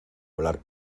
hablar